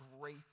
great